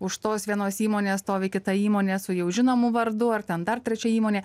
už tos vienos įmonės stovi kita įmonė su jau žinomu vard ar ten dar trečia įmonė